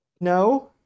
No